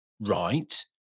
Right